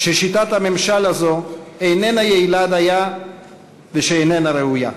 ששיטת הממשל הזאת איננה יעילה דייה ואיננה ראויה.